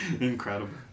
incredible